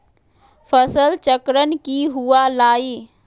फसल चक्रण की हुआ लाई?